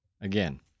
Again